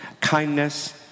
kindness